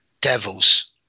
devils